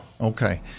Okay